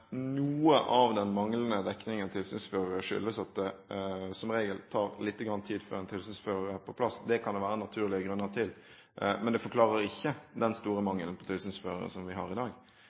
noe av den manglende dekningen av tilsynsførere skyldes at det som regel tar litt tid før en tilsynsfører er på plass. Det kan det være naturlige grunner til, men det forklarer ikke den store mangelen på tilsynsførere som vi har i dag.